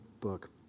book